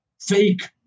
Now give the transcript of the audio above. fake